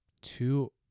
two